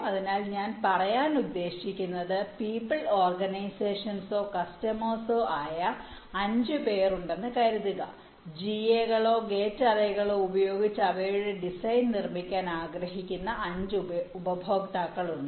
അതിനാൽ ഞാൻ പറയാൻ ഉദ്ദേശിക്കുന്നത് പീപ്പിൾ ഓർഗനൈസഷൻസോ കസ്റ്റമേഴ്സോ ആയ അഞ്ച് പേർ ഉണ്ടെന്ന് കരുതുക GA കളോ ഗേറ്റ് അറേകളോ ഉപയോഗിച്ച് അവരുടെ ഡിസൈനുകൾ നിർമ്മിക്കാൻ ആഗ്രഹിക്കുന്ന അഞ്ച് ഉപഭോക്താക്കൾ ഉണ്ട്